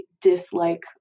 dislike